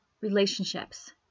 relationships